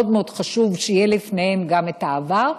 מאוד מאוד חשוב שיהיה לפניהם גם את העבר,